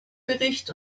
bericht